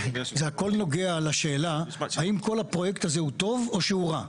זה הכל נוגע לשאלה האם כל הפרויקט הזה טוב או שהוא רע.